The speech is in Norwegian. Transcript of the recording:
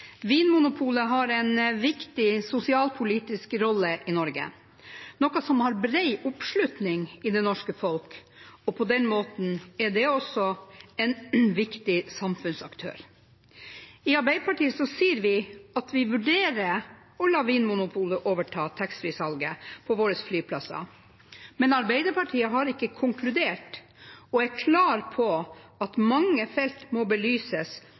Vinmonopolet har en viktig sosialpolitisk rolle i Norge, noe som har bred oppslutning i det norske folk, og på den måten er det også en viktig samfunnsaktør. I Arbeiderpartiet sier vi at vi vurderer å la Vinmonopolet overta taxfree-salget på våre flyplasser, men Arbeiderpartiet har ikke konkludert og er klar på at mange felt må belyses